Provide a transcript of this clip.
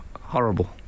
horrible